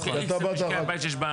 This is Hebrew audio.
כי אתה באת אחר כך.